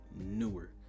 newer